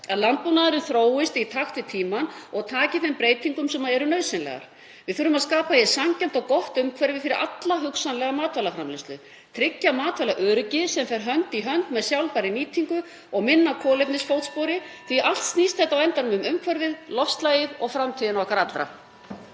að landbúnaðurinn þróist í takt við tímann og taki þeim breytingum sem eru nauðsynlegar. Við þurfum að skapa hér sanngjarnt og gott umhverfi fyrir alla hugsanlega matvælaframleiðslu, tryggja matvælaöryggi sem fer hönd í hönd með sjálfbærri nýtingu og minna kolefnisfótspori, því að allt snýst þetta á endanum um umhverfið, loftslagið og framtíð okkar allra.